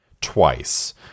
twice